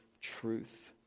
truth